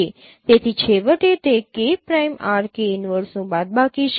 તેથી છેવટે તે K prime R K inverse નું બાદબાકી છે